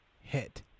hit